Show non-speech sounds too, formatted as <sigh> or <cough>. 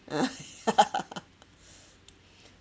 ah <laughs>